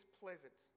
pleasant